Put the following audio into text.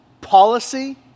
policy